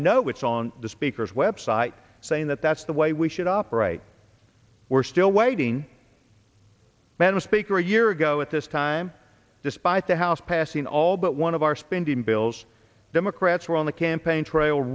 know it's on the speaker's website saying that that's the way we should operate we're still waiting better speaker a year ago at this time despite the house passing all but one of our spending bills democrats were on the campaign trail